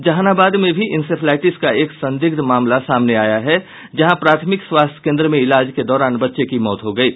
जहानाबाद में भी इसेफ्लाईटिस का एक संदिग्ध मामला सामने आया है जहां प्राथमिक स्वास्थ्य केन्द्र में इलाज के दौरान बच्चे की मौत हो गयी